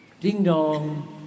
Ding-dong